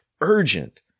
urgent